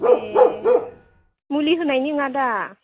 ए मुलि होनायनि नङा दा